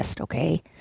okay